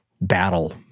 battle